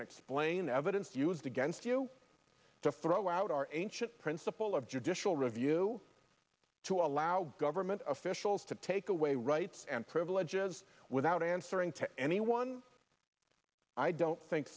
and explain evidence used against you to throw out our ancient principle of judicial review to allow government officials to take away rights and privileges without answering to anyone i don't think